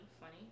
funny